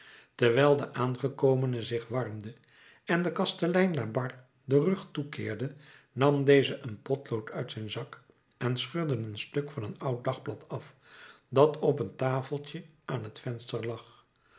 terwijl de aangekomene zich warmde en den kastelein labarre den rug toekeerde nam deze een potlood uit zijn zak en scheurde een stuk van een oud dagblad af dat op een tafeltje aan het venster lag